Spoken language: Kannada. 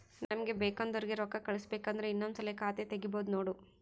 ನಮಗೆ ಬೇಕೆಂದೋರಿಗೆ ರೋಕ್ಕಾ ಕಳಿಸಬೇಕು ಅಂದ್ರೆ ಇನ್ನೊಂದ್ಸಲ ಖಾತೆ ತಿಗಿಬಹ್ದ್ನೋಡು